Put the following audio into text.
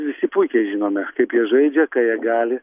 visi puikiai žinome kaip jie žaidžia ką jie gali